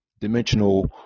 dimensional